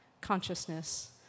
consciousness